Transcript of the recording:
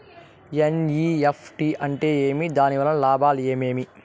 NEFT అంటే ఏమి? దాని వలన లాభాలు ఏమేమి